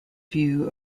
view